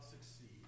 succeed